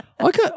Okay